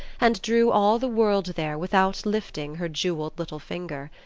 and drew all the world there without lifting her jewelled little finger.